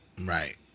Right